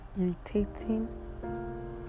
irritating